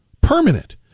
permanent